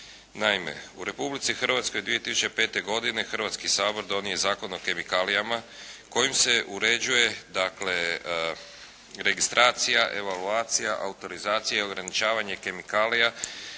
Naime, u Republici Hrvatskoj 2005. godine Hrvatski sabor donio je Zakon o kemikalijama kojim se uređuje dakle registracija, evaluacija, autorizacija i ograničavanje kemikalija